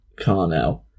Carnell